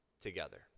together